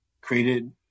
created